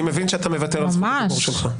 אני מבין שאתה מדבר על זכות הדיבור שלך.